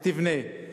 תבנה.